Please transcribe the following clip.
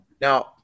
Now